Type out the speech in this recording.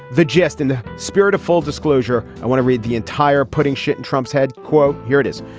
the jest in the spirit of full disclosure i want to read the entire putting shit in trump's head. quote here it is.